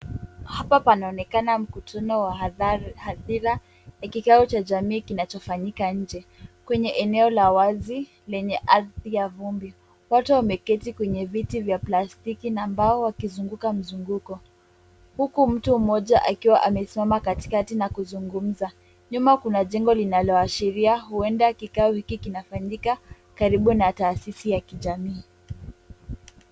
Hapa panaonekana mkutano wa hadhira, Ni kikao cha jamii kinachofanyika nje, kwenye eneo la wazi, lenye ardhi ya vumbi. Watu wameketi kwenye viti vya plastiki na mbao wakizunguka mzunguko. Huku mtu mmoja akiwa amesimama katikati na kuzungumza. Nyuma kuna jengo linaloashiria huenda kikao hiki kinafanyika karibu na taasisi ya kijamii.